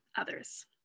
others